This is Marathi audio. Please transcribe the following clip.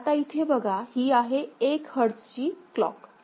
तर आता इथे बघा ही आहे 1 हर्ट्झ ची क्लॉक